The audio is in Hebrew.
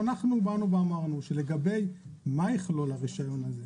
אנחנו באנו ואמרנו שלגבי מה יכלול הרישיון,